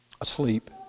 asleep